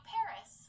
Paris